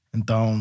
Então